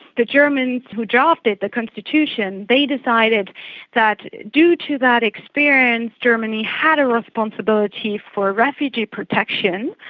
the germans who drafted the constitution, they decided that due to that experience, germany had a responsibility for refugee protection,